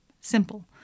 Simple